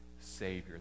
Savior